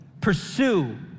pursue